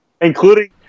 Including